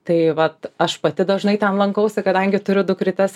tai vat aš pati dažnai ten lankausi kadangi turiu dukrytes